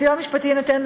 הסיוע המשפטי יינתן,